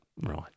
Right